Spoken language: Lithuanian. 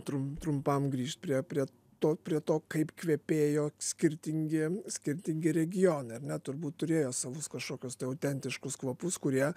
trum trumpam grįžt prie prie to prie to kaip kvepėjo skirtingi skirtingi regionai ar ne turbūt turėjo savus kažkokius tai autentiškus kvapus kurie